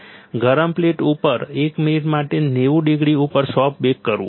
ગરમ પ્લેટ ઉપર એક મિનિટ માટે નેવું ડિગ્રી ઉપર સોફ્ટ બેક કરવું